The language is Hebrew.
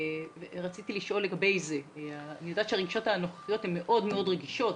אני יודעת שהבדיקות הנוכחיות מאוד מאוד רגישות.